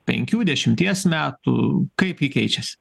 penkių dešimties metų kaip ji keičiasi